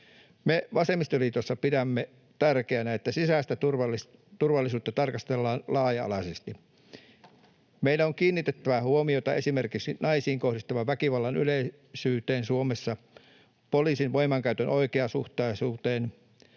Me vasemmistoliitossa pidämme tärkeänä, että sisäistä turvallisuutta tarkastellaan laaja-alaisesti. Meidän on kiinnitettävä huomiota esimerkiksi naisiin kohdistuvan väkivallan yleisyyteen Suomessa, poliisin voimankäytön oikeasuhtaisuuteen,